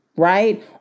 Right